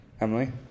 Emily